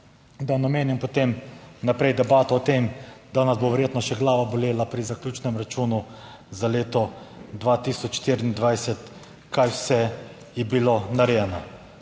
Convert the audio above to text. Da ne omenjam potem naprej debato o tem, da nas bo verjetno še glava bolela pri zaključnem računu za leto 2024, kaj vse je bilo narejeno.